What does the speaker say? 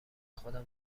خودم